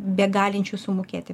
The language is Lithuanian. begalinčių sumokėti